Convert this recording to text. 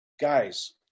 Guys